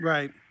Right